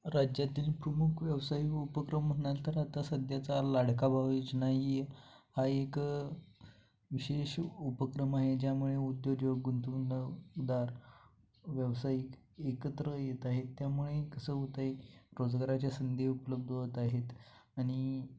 राज्यातील प्रमुख व्यावसायिक उपक्रम म्हणाल तर आता सध्याचा लाडका भाऊ योजना ही हा एक विशेष उपक्रम आहे ज्यामुळे उद्योजक गुंतवणूकदार व्यावसायिक एकत्र येत आहेत त्यामुळे कसं होतं आहे रोजगाराच्या संधी उपलब्ध होत आहेत आणि